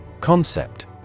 Concept